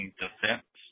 defense